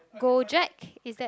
go jack is that